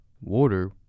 Water